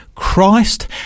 Christ